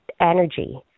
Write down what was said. energy